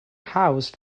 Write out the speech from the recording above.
house